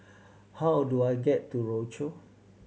how do I get to Rochor